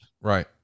right